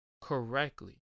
correctly